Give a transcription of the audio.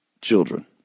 children